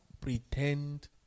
pretend